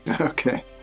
Okay